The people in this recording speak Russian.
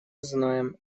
знаем